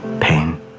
pain